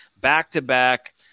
back-to-back